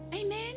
Amen